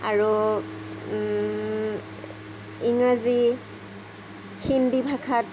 আৰু ইংৰাজী হিন্দী ভাষাত